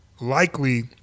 likely